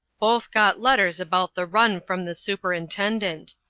both got letters about the run from the superintendent.